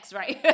right